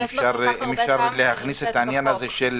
אם אפשר להכניס את העניין הזה של